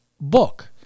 book